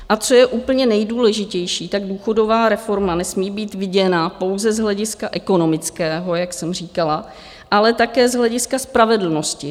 A co je úplně nejdůležitější, důchodová reforma nesmí být viděna pouze z hlediska ekonomického, jak jsem říkala, ale také z hlediska spravedlnosti.